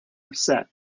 upset